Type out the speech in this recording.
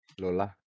Lola